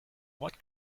what